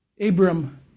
Abram